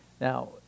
now